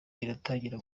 iratangira